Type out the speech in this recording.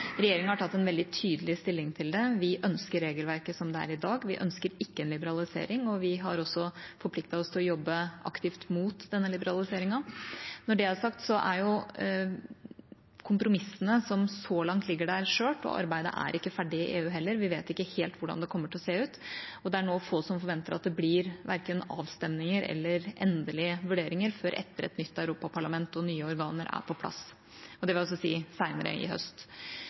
Regjeringa har tatt veldig tydelig stilling til det. Vi ønsker å beholde regelverket som det er i dag. Vi ønsker ikke en liberalisering. Vi har også forpliktet oss til å jobbe aktivt mot denne liberaliseringen. Når det er sagt, er kompromissene som så langt ligger der, skjøre, og arbeidet i EU er heller ikke ferdig. Vi vet ikke helt hvordan det kommer til å se ut. Det er nå få som forventer at det blir noen avstemninger eller endelige vurderinger før etter et nytt europaparlament og nye organer er på plass, dvs. senere i høst.